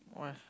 where